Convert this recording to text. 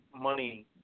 money